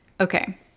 Okay